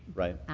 right.